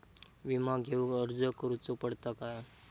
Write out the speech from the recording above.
विमा घेउक अर्ज करुचो पडता काय?